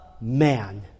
man